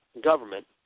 government